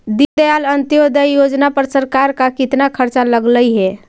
दीनदयाल अंत्योदय योजना पर सरकार का कितना खर्चा लगलई हे